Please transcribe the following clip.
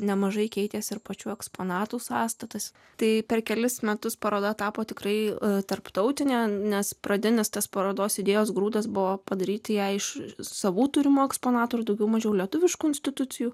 nemažai keitėsi ir pačių eksponatų sąstatas tai per kelis metus paroda tapo tikrai tarptautinio nes pradinis tas parodos idėjos grūdas buvo padaryti ją iš savų turimų eksponatų ir daugiau mažiau lietuviškų institucijų